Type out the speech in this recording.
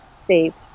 saved